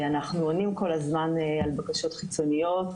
אנחנו עונים כל הזמן על בקשות חיצוניות